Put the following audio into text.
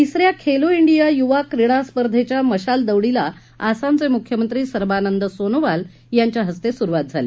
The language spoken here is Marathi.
तिसऱ्या खेलो डिया युवा क्रीडा स्पर्धेच्या मशाल दौडीला आसामचे मुख्यमंत्री सर्बानंद सोनोवाल यांच्या हस्ते सुरुवात झाली